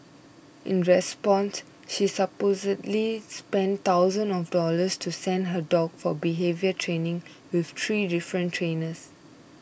in response she supposedly spent thousands of dollars to send her dog for behaviour training with three different trainers